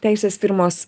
teisės firmos